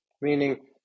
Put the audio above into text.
meaning